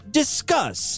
discuss